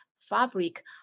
fabric